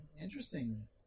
interesting